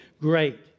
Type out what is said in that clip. great